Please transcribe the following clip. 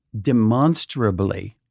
demonstrably